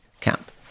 camp